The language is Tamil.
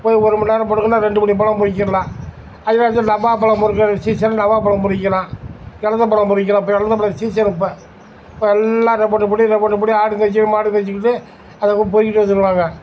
போய் ஒரு மணிநேரம் பொறுக்குனால் ரெண்டு படி பழம் பொறுக்கிரலாம் அதுமாதிரி இந்த நவ்வாப்பழம் பொறுக்கற சீசனில் நவாப்பழம் பொறுக்கிக்கலாம் எலந்தப்பழம் பொறுக்கிக்கலாம் இப்போ எலந்தப்பழ சீசனு இப்போ இப்போ எல்லாம் ரெவ்வெண்டு படி ரெவ்வெண்டு படி ஆடு மேச்சு மாடு மேச்சுக்கிட்டு அதுவும் பொறுக்கிட்டு வந்துருவாங்கள்